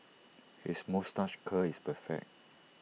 his moustache curl is perfect